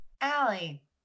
Allie